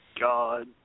God